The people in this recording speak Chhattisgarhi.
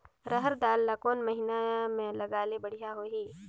रहर दाल ला कोन महीना म लगाले बढ़िया होही?